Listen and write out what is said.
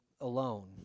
Alone